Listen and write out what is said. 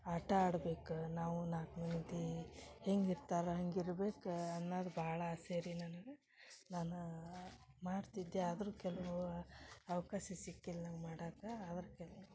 ಆಟ ಆಡ್ಬೇಕು ನಾವು ನಾಲ್ಕು ಮಂದಿ ಹಿಂಗ ಇರ್ತಾರ ಹಿಂಗ ಇರ್ಬೇಕು ಅನ್ನೋದು ಭಾಳ ಆಸೆ ರೀ ನನ್ಗ ನಾನಾ ಮಾಡ್ತಿದ್ದೆ ಆದರೂ ಕೆಲವು ಆವಕಾಶ ಸಿಕ್ಕಿಲ್ಲ ನಮ್ಗ ಮಾಡಕ್ಕೆ ಆದ್ರ ಕೆಲವು